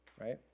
right